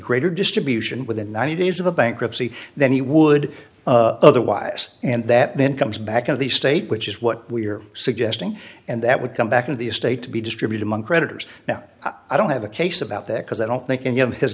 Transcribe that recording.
greater distribution within ninety days of the bankruptcy then he would otherwise and that then comes back of the state which is what we're suggesting and that would come back and the estate to be distributed among creditors now i don't have a case about that because i don't think any of